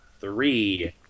three